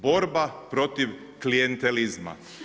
Borba protiv klijentelizma.